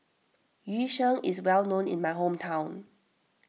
Yu Sheng is well known in my hometown